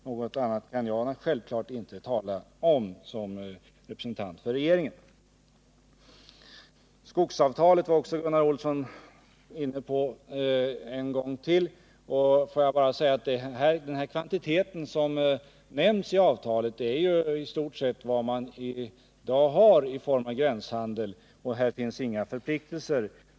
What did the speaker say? Något annat kan jag självklart inte:tala om som representant för regeringen. Gunnar Olsson var också inne på skogsavtalet en gång till. Får jag säga att den kvantitet som nämns i avtalet i stort sett är vad man i dag har i form av gränshandel. Här finns inga nya förpliktelser.